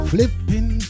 Flipping